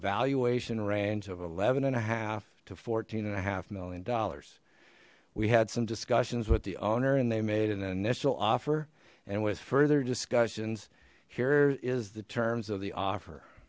valuation range of eleven and a half to fourteen and a half million dollars we had some russians with the owner and they made an initial offer and with further discussions here is the terms of the offer